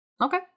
Okay